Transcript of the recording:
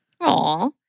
aw